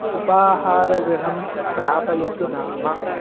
उपाहारगृहं प्रापयतु नाम